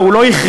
הוא לא החרים.